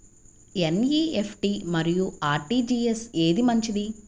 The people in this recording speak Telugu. ఎన్.ఈ.ఎఫ్.టీ మరియు అర్.టీ.జీ.ఎస్ ఏది మంచిది?